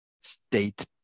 state